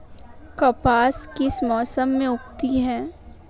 कपास किस मौसम में उगती है?